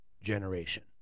generation